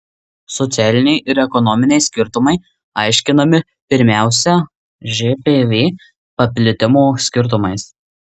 socialiniai ir ekonominiai skirtumai aiškinami pirmiausia žpv paplitimo skirtumais